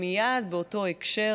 ומייד באותו הקשר,